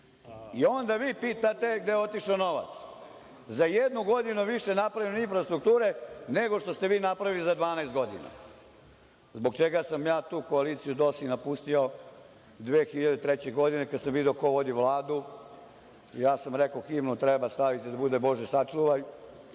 Onda vi pitate gde je otišao novac. Za jednu godinu mi smo napravili infrastrukture nego što ste vi napravili za 12 godina. Zbog čega sam ja tu koaliciju DOS i napustio 2003. godine kada sam video ko vodi Vladu, rekao sam da himnu treba staviti da bude – Bože sačuvaj